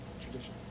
Tradition